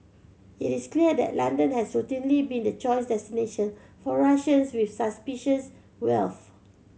it is clear that London has routinely been the choice destination for Russians with suspicious wealth